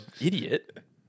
idiot